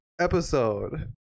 episode